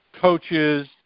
coaches